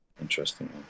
interesting